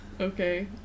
Okay